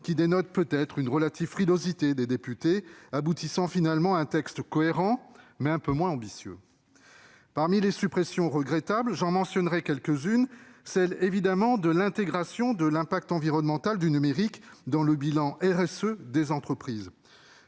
dénotent peut-être une relative frilosité des députés, qui aboutissent finalement à un texte cohérent, mais un peu moins ambitieux. Parmi les suppressions regrettables - j'en mentionnerai quelques-unes -, il y a évidemment celle de l'intégration de l'impact environnemental du numérique dans le bilan RSE (responsabilité